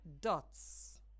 dots